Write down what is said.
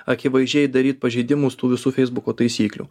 akivaizdžiai daryt pažeidimus tų visų feisbuko taisyklių